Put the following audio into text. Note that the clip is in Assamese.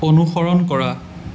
অনুসৰণ কৰা